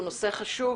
שהוא נושא חשוב,